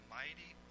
mighty